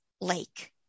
Lake